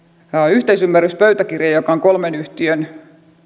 yhteisymmärryspöytäkirja joka on kolmen yhtiön